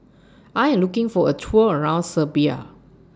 I Am looking For A Tour around Serbia